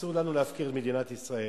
אסור לנו להפקיר את מדינת ישראל